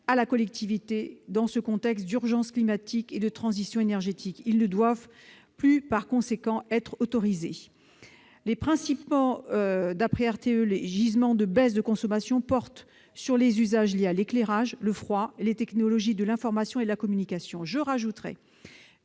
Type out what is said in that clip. à la collectivité dans un contexte d'urgence climatique et de transition énergétique. Ils ne doivent par conséquent plus être autorisés. D'après RTE, les gisements de baisse de la consommation portent sur les usages liés à l'éclairage, au froid et aux technologies de l'information et de la communication. De plus,